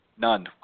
None